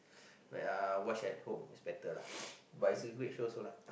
wait ah watch at home is better lah but is a good show also lah